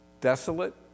Desolate